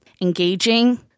engaging